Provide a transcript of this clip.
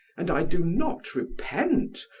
and i do not repent,